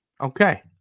Okay